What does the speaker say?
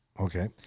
Okay